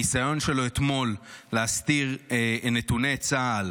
הניסיון שלו אתמול להסתיר נתוני צה"ל